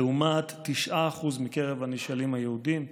לעומת 9% מקרב הנשאלים היהודים.